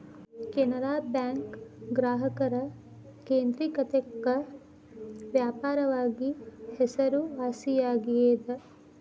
ಕೆನರಾ ಬ್ಯಾಂಕ್ ಗ್ರಾಹಕರ ಕೇಂದ್ರಿಕತೆಕ್ಕ ವ್ಯಾಪಕವಾಗಿ ಹೆಸರುವಾಸಿಯಾಗೆದ